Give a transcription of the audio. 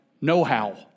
know-how